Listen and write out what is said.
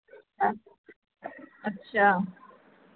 अच्छा